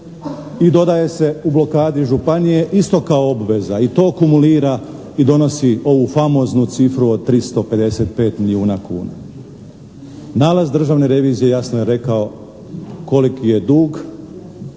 i dodaje se u blokadi županije isto kao obveza i to akumilira i donosi ovu famoznu cifru od 355 milijuna kuna. Nalaz Državne revizije jasno je rekao koliki je dug